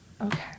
Okay